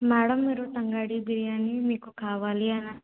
madam మీరు తంగడి బిర్యానీ మీకు కావలి అని